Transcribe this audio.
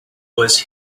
was